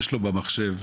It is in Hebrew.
יש באופן טבעי,